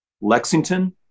Lexington